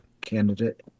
candidate